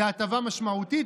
זו הטבה משמעותית.